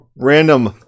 random